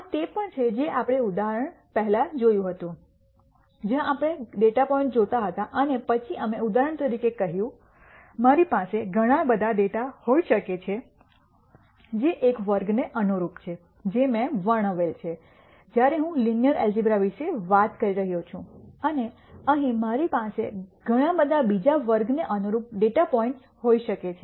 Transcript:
આ તે પણ છે જે આપણે પહેલાં જોયું હતું જ્યાં આપણે ડેટા પોઇન્ટ જોતા હતા અને પછી અમે ઉદાહરણ તરીકે કહ્યું મારી પાસે ઘણા બધા ડેટા હોઈ શકે છે જે એક વર્ગને અનુરૂપ છે જે મેં વર્ણવેલ છે જ્યારે હું લિનિયર એલ્જીબ્રા વિશે વાત કરી રહ્યો છું અને અહીં મારી પાસે ઘણા બધા બીજા વર્ગને અનુરૂપ ડેટા પોઇન્ટ્સ હોઈ શકે છે